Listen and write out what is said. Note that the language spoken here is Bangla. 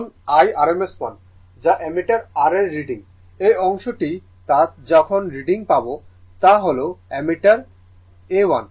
এখন IRMS মান যা অ্যামমিটার r এর রিডিং এই অংশটি তে যা রিডিং পাব তা হল অ্যামমিটার A 1